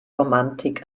romantik